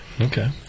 Okay